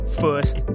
first